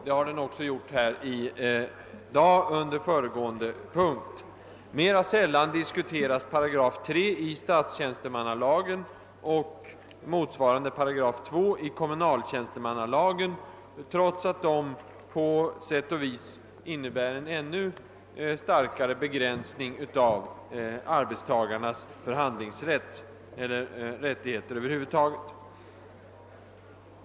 Det har den också gjort här i dag under föregående nunkt M 5 cå an diskuteras paragraf 3 i statsjänstemannalagen och motsvarande paragraf 2 i kommunaltjänstemannalagen, trots att de på sätt och vis innebär en ännu starkare begränsning av arbetstagarnas rättigheter.